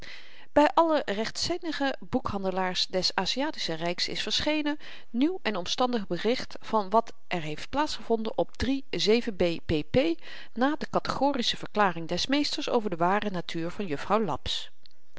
by alle rechtzinnige boekhandelaars des aziatischen ryks is verschenen nieuw en omstandig bericht van wat er heeft plaats gevonden op drie na de kategorische verklaring des meesters over de ware natuur van juffrouw laps